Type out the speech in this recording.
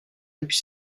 depuis